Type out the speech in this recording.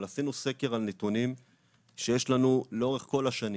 אבל עשינו סקר על נתונים שיש לנו לאורך כל השנים.